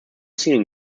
zielen